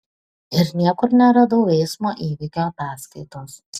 ir niekur neradau eismo įvykio ataskaitos